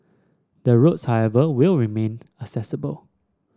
the roads however will remain accessible